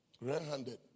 Red-handed